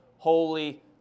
Holy